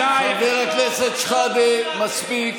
חבר הכנסת שחאדה, מספיק.